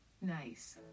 Nice